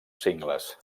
cingles